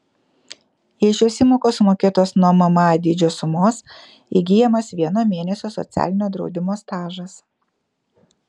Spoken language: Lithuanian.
jei šios įmokos sumokėtos nuo mma dydžio sumos įgyjamas vieno mėnesio socialinio draudimo stažas